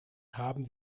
haben